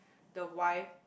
the wife